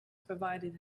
provided